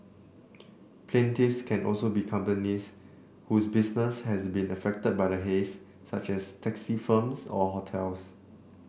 plaintiffs can also be companies whose business has been affected by the haze such as taxi firms or hotels